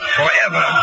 forever